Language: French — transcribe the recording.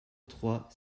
trois